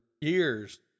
years